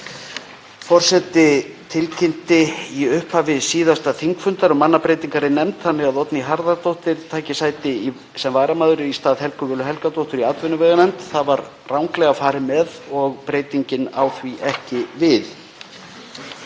Forseti tilkynnti í upphafi síðasta þingfundar um mannabreytingar í nefnd þannig að Oddný Harðardóttir tæki sæti sem varamaður í stað Helgu Völu Helgadóttur í atvinnuveganefnd. Það var ranglega farið með og breytingin á því ekki við.